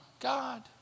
God